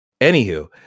Anywho